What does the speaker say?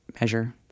measure